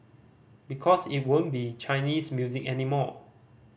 because it won't be Chinese music anymore